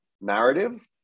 narrative